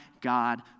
God